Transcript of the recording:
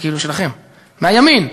זה, כאילו, שלכם, מהימין,